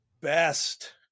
best